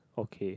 okay